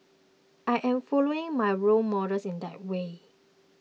I am following my role models in that way